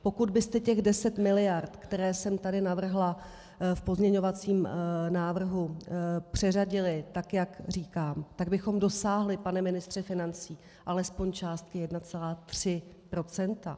Pokud byste těch 10 miliard, které jsem tady navrhla v pozměňovacím návrhu, přeřadili tak, jak říkám, tak bychom dosáhli pane ministře financí alespoň částky 1,3 %.